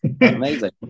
amazing